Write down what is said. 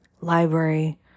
library